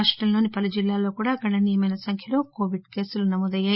రాష్టంలోని పలు జిల్లాలలో కూడా గణనీయమైన సంఖ్యలో కోవిడ్ కేసులు నమోదు అయ్యాయి